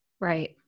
Right